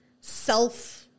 self